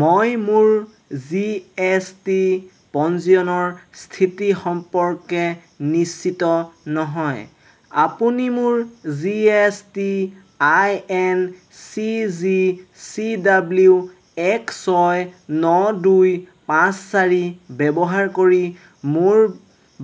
মই মোৰ G S T পঞ্জীয়নৰ স্থিতি সম্পৰ্কে নিশ্চিত নহয় আপুনি মোৰ G S T I N C G C W এক ছয় ন দুই পাঁচ চাৰি ব্যৱহাৰ কৰি মোৰ